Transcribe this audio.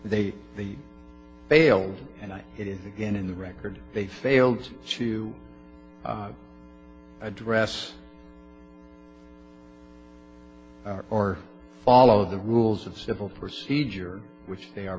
they they failed and i it is again in the record they failed to address phone or follow the rules of civil procedure which they are